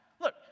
Look